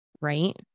right